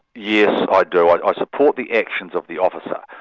yes, i do. i i support the actions of the officer.